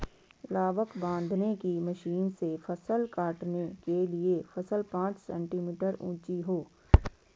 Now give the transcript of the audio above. लावक बांधने की मशीन से फसल काटने के लिए फसल पांच सेंटीमीटर ऊंची हो